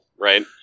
right